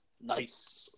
Nice